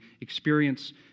experience